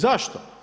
Zašto?